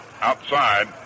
outside